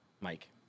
Mike